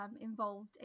involved